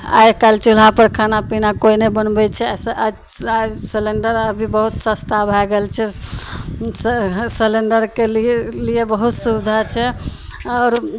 आइ काल्हि चूल्हापर खाना पीना कोइ नहि बनबय छै आओर से आज आइ सिलिण्डर आर भी बहुत सस्ता भए गेल छै से हे सिलिण्डरके लिये लिये बहुत सुविधा छै आओर